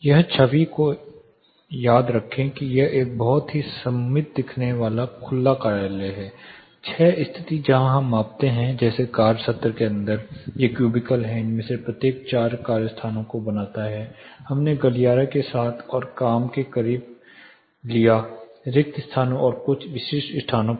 इस छवि को याद रखें यह एक बहुत ही सममित दिखने वाला खुला कार्यालय है 6 स्थिति जहां हम मापते हैं जैसे कार्य सत्र के अंदर ये क्यूबिकल हैं इसमें से प्रत्येक चार कार्य स्थानों को बनाता है हमने गलियारे के साथ और काम के करीब लिया रिक्त स्थान और कुछ विशिष्ट स्थानों पर